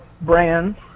brands